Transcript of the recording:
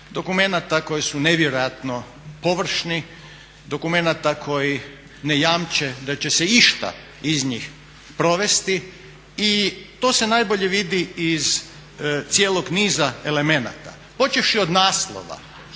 dokumenata koji su nevjerojatno površni, dokumenata koji ne jamče da će se išta iz njih provesti. I to se najbolje vidi iz cijelog niza elemenata počevši od naslova